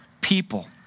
people